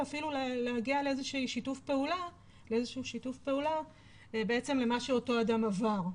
אפילו להגיע לאיזשהו שיתוף פעולה בעצם למה שאותו אדם עבר.